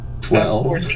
Twelve